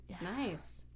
nice